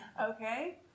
okay